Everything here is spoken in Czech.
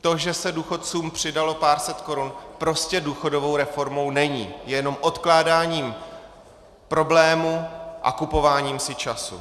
To, že se důchodcům přidalo pár set korun, prostě důchodovou reformou není, je to jenom odkládáním problému a kupováním si času.